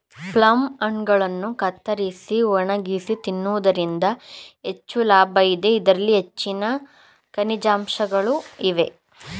plum ಹಣ್ಣುಗಳನ್ನು ಕತ್ತರಿಸಿ ಒಣಗಿಸಿ ತಿನ್ನುವುದರಿಂದ ಹೆಚ್ಚು ಲಾಭ ಇದೆ, ಇದರಲ್ಲಿ ಹೆಚ್ಚಿನ ಖನಿಜಾಂಶಗಳು ಇವೆ